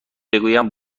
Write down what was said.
بگویم